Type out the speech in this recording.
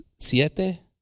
Siete